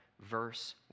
verse